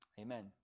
Amen